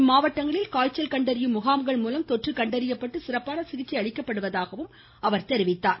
இம்மாவட்டங்களில் காய்ச்சல் கண்டறியும் முகாம்கள் மூலம் தொற்று கண்டறியப்பட்டு சிறப்பான சிகிச்சை அளிக்கப்படுவதாகவும் தெரிவித்தார்